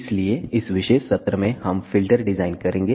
इसलिए इस विशेष सत्र में हम फ़िल्टर डिज़ाइन करेंगे